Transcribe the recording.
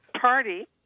party